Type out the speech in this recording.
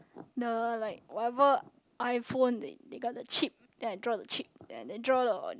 the like whatever iPhone they they got the chip then I draw the chip then I draw the